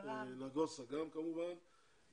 נגוסה גם כמובן,